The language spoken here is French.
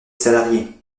salarié